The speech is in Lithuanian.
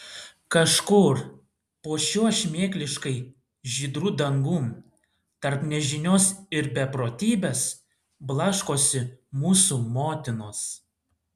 kažkur po šiuo šmėkliškai žydru dangum tarp nežinios ir beprotybės blaškosi mūsų motinos